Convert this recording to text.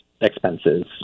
expenses